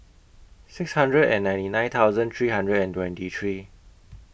six hundred and ninety nine thousand three hundred and twenty three